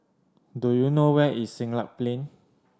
do you know where is Siglap Plain